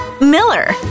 Miller